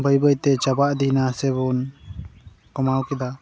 ᱵᱟᱹᱭ ᱵᱟᱹᱭ ᱛᱮ ᱪᱟᱵᱟᱜ ᱤᱫᱤᱭᱱᱟ ᱥᱮᱵᱚᱱ ᱠᱚᱢᱟᱣ ᱠᱮᱫᱟ